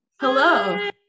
hello